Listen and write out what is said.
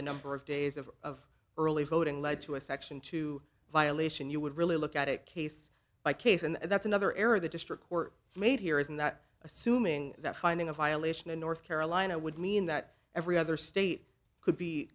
the number of days of of early voting led to a section two violation you would really look at a case by case and that's another error the district court made here isn't that assuming that finding a violation in north carolina would mean that every other state could be